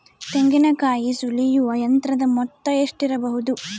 ತೆಂಗಿನಕಾಯಿ ಸುಲಿಯುವ ಯಂತ್ರದ ಮೊತ್ತ ಎಷ್ಟಿರಬಹುದು?